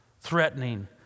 threatening